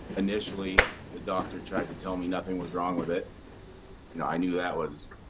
initially the doctor tried to tell me nothing was wrong with it you know i knew that was